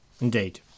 indeed